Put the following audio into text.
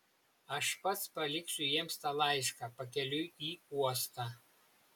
aš pats paliksiu jiems tą laišką pakeliui į uostą